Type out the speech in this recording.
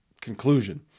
conclusion